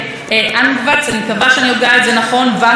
שנרצחו על ידי הבעלים שלהן.